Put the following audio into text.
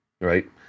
right